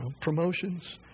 promotions